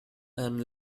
and